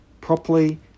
properly